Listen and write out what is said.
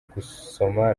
gusoma